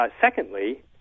Secondly